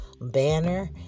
banner